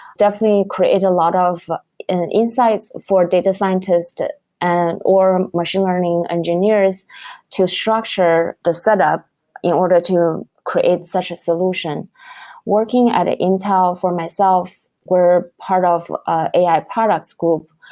definitely create a lot of insights for data scientist and or machine learning engineers to structure the set up in order to create such a solution working at at intel for myself were part of ah ai product school.